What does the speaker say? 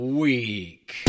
week